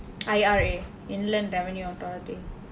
I_R_A inland revenue authority